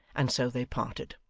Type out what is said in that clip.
and so they parted.